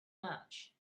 match